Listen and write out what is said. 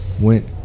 went